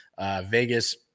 Vegas